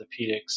orthopedics